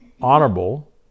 honorable